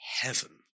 heaven